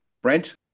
Brent